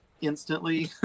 instantly